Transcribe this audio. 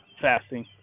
fasting